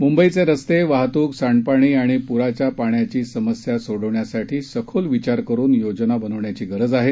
म्ंबईचे रस्ते वाहत्क सांडपाणी आणि प्राच्या पाण्याची समस्या सोडवण्यासाठी सखोल विचार करुन योजना बनवण्याची गरज आहे